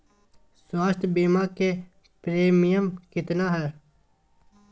स्वास्थ बीमा के प्रिमियम कितना है?